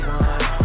one